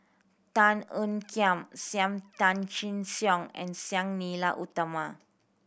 Tan Ean Kiam Sam Tan Chin Siong and Sang Nila Utama